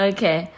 Okay